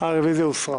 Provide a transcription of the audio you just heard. הרביזיה הוסרה.